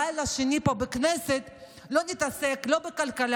לילה שני פה בכנסת לא נתעסק בכלכלה,